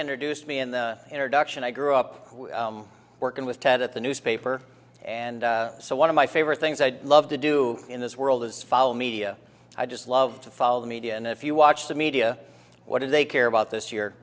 introduced me in the introduction i grew up working with ted at the newspaper and so one of my favorite things i'd love to do in this world is follow media i just love to follow the media and if you watch the media what do they care about this y